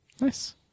Nice